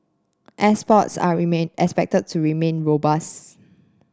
exports are remain expected to remain robust